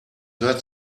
hört